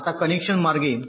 आता कनेक्शन मार्गे